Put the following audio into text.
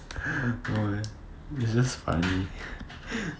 no eh it's just funny